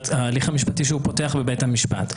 ההליך המשפטי שהוא פותח בבית המשפט.